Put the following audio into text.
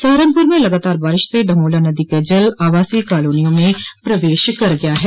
सहारनपुर में लगातार बारिश से ढमोला नदी का जल आवासीय कालोनियों में प्रवेश कर गया है